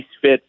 fit